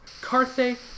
Carthay